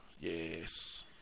Yes